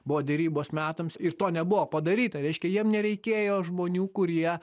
buvo derybos metams ir to nebuvo padaryta reiškia jiem nereikėjo žmonių kurie